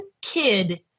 kid